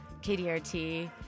KDRT